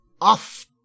off